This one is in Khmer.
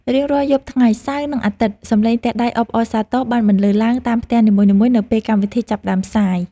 រៀងរាល់យប់ថ្ងៃសៅរ៍និងអាទិត្យ សំឡេងទះដៃអបអរសាទរបានបន្លឺឡើងតាមផ្ទះនីមួយៗនៅពេលកម្មវិធីចាប់ផ្តើមផ្សាយ។